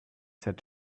said